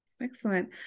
Excellent